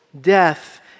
death